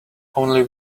only